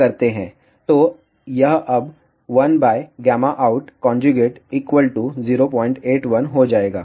तो यह अब 1out 081 हो जाएगा